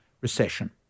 recession